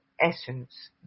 essence